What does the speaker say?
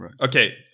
Okay